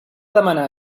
demanar